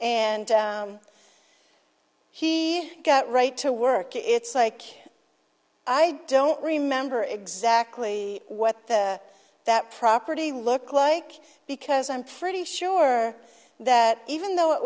and he got right to work it's like i don't remember exactly what that property look like because i'm pretty sure that even though it